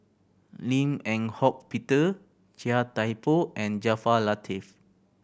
Lim Eng Hock Peter Chia Thye Poh and Jaafar Latiff